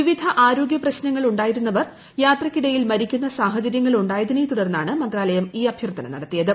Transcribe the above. വിവിധ ആരോഗ്യ പ്രശ്നങ്ങൾ ഉണ്ടായിരുന്നവർ യാത്രക്കിടയിൽ മരിക്കുന്ന സാഹചര്യങ്ങൾ ഉണ്ടായതിനെ തുടർന്നാണ് മന്ത്രാലയം ഈ അഭ്യർത്ഥന നടത്തിയത്